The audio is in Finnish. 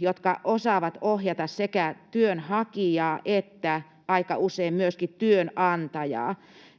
jotka osaavat ohjata sekä työnhakijaa että aika usein myöskin työnantajaa.